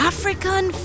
African